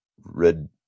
red